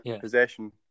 possession